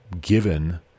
given